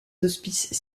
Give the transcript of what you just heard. hospices